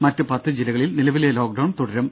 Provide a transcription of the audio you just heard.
മറ്റ് പത്ത് ജില്ലകളിൽ നിലവിലെ ലോക്ഡൌൺ തുടരും